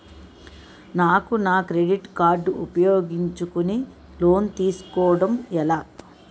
నాకు నా credit card ఉపయోగించుకుని లోన్ తిస్కోడం ఎలా?